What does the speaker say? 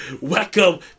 welcome